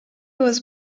was